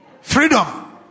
Freedom